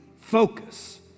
focus